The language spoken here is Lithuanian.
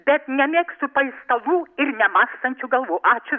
bet nemėgstu paistalų ir nemąstančių galvų ačiū